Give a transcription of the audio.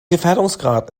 gefährdungsgrad